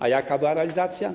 A jaka była realizacja?